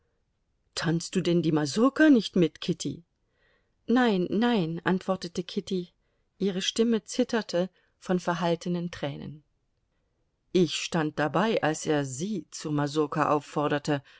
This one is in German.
tanzt du denn die masurka nicht mit kitty nein nein antwortete kitty ihre stimme zitterte von verhaltenen tränen ich stand dabei als er sie zur masurka aufforderte